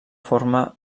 forma